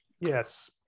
Yes